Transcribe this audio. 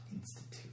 institute